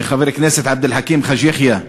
חבר הכנסת עבד אל חכים חאג' יחיא,